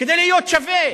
כדי להיות שווה.